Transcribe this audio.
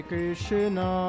Krishna